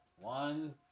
One